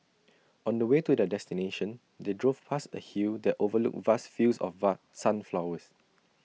on the way to their destination they drove past A hill that overlooked vast fields of sunflowers